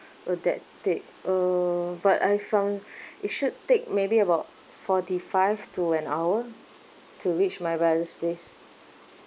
will that take uh but I found it should take maybe about forty five to an hour to reach my brother's place